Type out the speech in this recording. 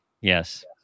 yes